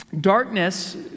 darkness